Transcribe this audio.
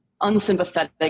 unsympathetic